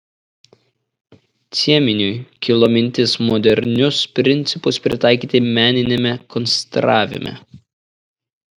cieminiui kilo mintis modernius principus pritaikyti meniniame konstravime